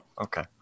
okay